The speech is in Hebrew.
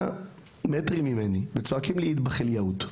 מטרים ממני וצועקים לי איטבח אל יהוד.